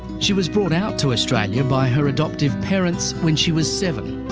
she was brought out to australia by her adoptive parents when she was seven.